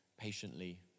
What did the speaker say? patiently